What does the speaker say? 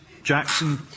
Jackson